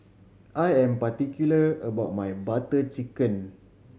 I am particular about my Butter Chicken